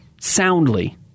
soundly